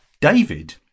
David